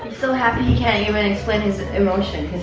so happy, he can't even explain his emotion.